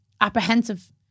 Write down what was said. apprehensive